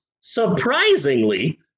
surprisingly